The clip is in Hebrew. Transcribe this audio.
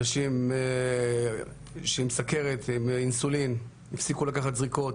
אנשים עם סוכרת עם אינסולין הפסיקו לקחת זריקות,